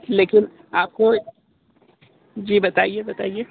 लेकिन आपको जी बताइए बताइए